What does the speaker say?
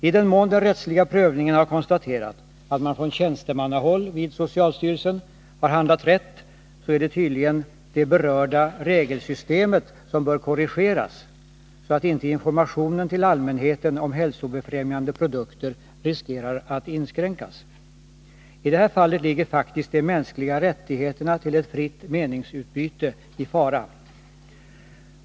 I den mån den rättsliga prövningen har konstaterat att man från tjänstemannahåll vid socialstyrelsen har handlat rätt, så är det tydligen det berörda regelsystemet som bör korrigeras, så att inte informationen till allmänheten om hälsobefrämjande produkter riskerar att inskränkas. I det här fallet ligger faktiskt de mänskliga rättigheterna till ett fritt meningsutbyte i fara.